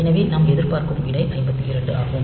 எனவே நாம் எதிர்பார்க்கும் விடை 52 ஆகும்